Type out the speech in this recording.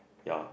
ya